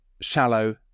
shallow